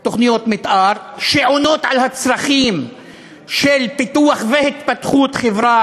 תוכניות מתאר שעונות על הצרכים של פיתוח והתפתחות חברה,